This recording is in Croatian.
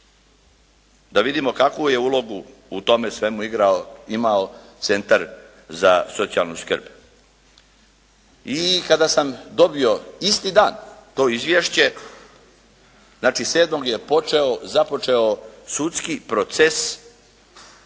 da vidimo kakvu je ulogu u tome svemu imao Centar za socijalnu skrb. I kada sam dobio isti dan to izvješće, znači sedmog je počeo, započeo sudski proces koji je